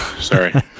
sorry